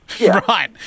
Right